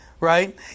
Right